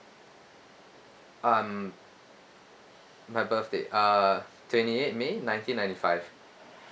um my birthday uh twenty eighth may nineteen ninety five